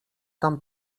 tam